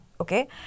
okay